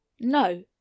No